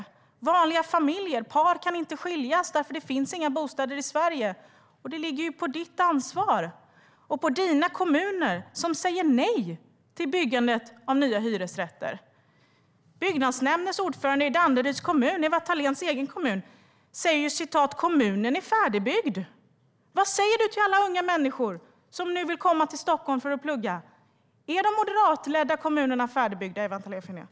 Det är vanliga familjer. Par kan inte skiljas därför att det inte finns några bostäder i Sverige. Det ligger på ditt ansvar och på kommuner ledda av Moderaterna som säger nej till nya hyresrätter. Byggnadsnämndens ordförande i Danderyds kommun, Ewa Thalén Finnés egen hemkommun, säger: Kommunen är färdigbyggd. Vad säger du till alla unga människor som nu vill komma till Stockholm för att plugga? Är de moderatledda kommunerna färdigbyggda, Ewa Thalén Finné?